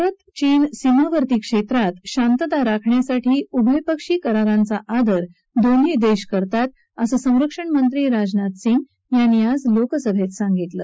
भारत चीन सीमा वर्तीक्षेत्रात शांतता राखण्यासाठी उभयपक्षी करारांचा आदर दोन्ही देश करतात असं संरक्षणमंत्री राजनाथसिंग यांनी आज लोकसभेत सांगितलं